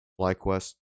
FlyQuest